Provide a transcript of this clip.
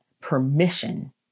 permission